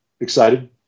excited